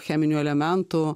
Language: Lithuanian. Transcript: cheminių elementų